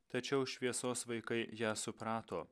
tačiau šviesos vaikai ją suprato